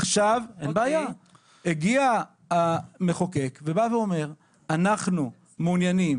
עכשיו מגיע המחוקק ואומר שאנחנו מעוניינים